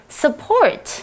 support 。